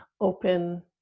open